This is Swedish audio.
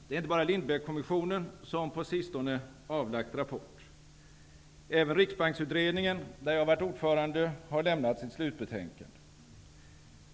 Det är inte bara Lindbeckkommissionen som på sistone avlagt rapport. Även riksbanksutredningen, där jag varit ordförande, har lämnat sitt slutbetänkande.